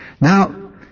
Now